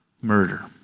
murder